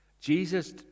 Jesus